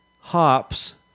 hops